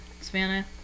Savannah